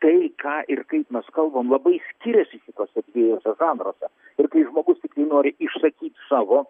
tai ką ir kaip mes kalbam labai skiriasi šituose dviejuose žanruose ir kai žmogus nori išsakyt savo